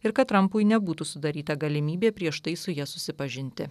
ir kad trampui nebūtų sudaryta galimybė prieš tai su ja susipažinti